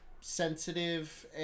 sensitive